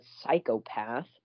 psychopath